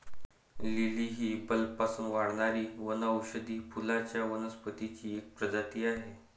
lily ही बल्बपासून वाढणारी वनौषधी फुलांच्या वनस्पतींची एक प्रजाती आहे